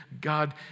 God